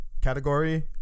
category